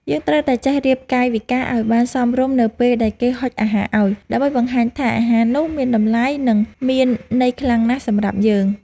យើងត្រូវតែចេះរៀបកាយវិការឱ្យបានសមរម្យនៅពេលដែលគេហុចអាហារឱ្យ ដើម្បីបង្ហាញថាអាហារនោះមានតម្លៃ និងមានន័យខ្លាំងណាស់សម្រាប់យើង។